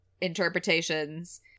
interpretations